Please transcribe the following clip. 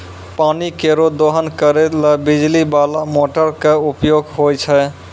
पानी केरो दोहन करै ल बिजली बाला मोटर क उपयोग होय छै